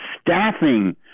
staffing